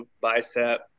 bicep